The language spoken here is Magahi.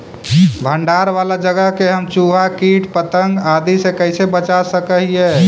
भंडार वाला जगह के हम चुहा, किट पतंग, आदि से कैसे बचा सक हिय?